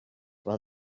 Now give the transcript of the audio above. while